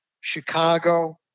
Chicago